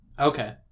Okay